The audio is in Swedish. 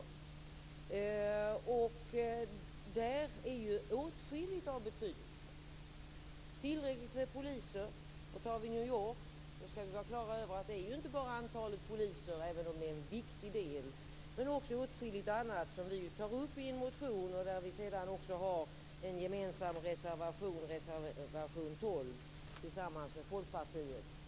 I detta sammanhang är åtskilliga saker av betydelse, t.ex. tillräckligt med poliser. När det gäller New York skall vi vara på det klara med att det inte bara handlar om antalet poliser, även om det är viktigt, utan åtskilligt annat, vilket vi tar upp i en motion som sedan har resulterat i reservation 12 tillsammans med Folkpartiet.